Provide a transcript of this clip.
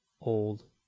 old